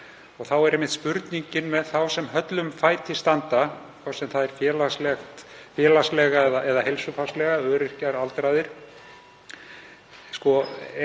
Þá er einmitt spurningin um þá sem höllum fæti standa, hvort sem það er félagslega eða heilsufarslega, öryrkjar og aldraðir: